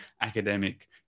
academic